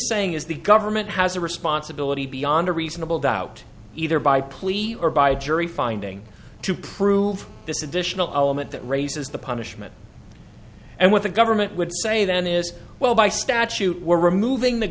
saying is the government has a responsibility beyond a reasonable doubt either by police or by a jury finding to prove this additional element that raises the punishment and what the government would say then is well by statute we're removing the